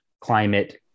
climate